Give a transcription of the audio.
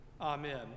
Amen